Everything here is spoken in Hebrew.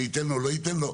אני אתן לו או לא אתן לו?